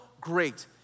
great